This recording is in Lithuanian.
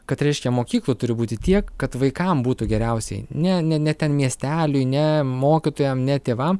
kad reiškia mokyklų turi būti tiek kad vaikam būtų geriausiai ne ne ne ten miesteliui ne mokytojam ne tėvam